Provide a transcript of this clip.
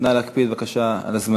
נא להקפיד על הזמנים.